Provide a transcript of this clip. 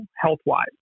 health-wise